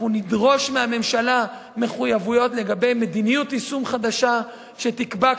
אנחנו נדרוש מהממשלה מחויבויות לגבי מדיניות יישום חדשה שתקבע,